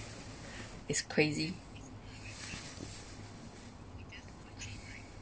is crazy